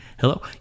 hello